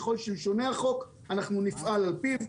ככל שישונה החוק אנחנו נפעל על פיו.